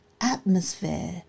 atmosphere